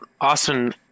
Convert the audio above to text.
Austin